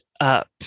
up